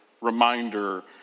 reminder